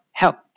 help